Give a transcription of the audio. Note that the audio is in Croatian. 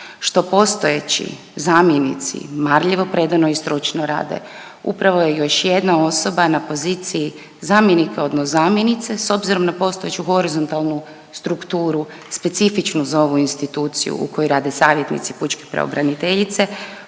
što postojeći zamjenici marljivo, predano i stručno rade, upravo je još jedna osoba na poziciji zamjenika odnosno zamjenice s obzirom na postojeću horizontalnu strukturu specifičnu za ovu instituciju u kojoj rade savjetnici pučke pravobraniteljice